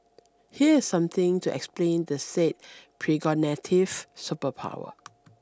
here is something to explain the said precognitive superpower